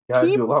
Keep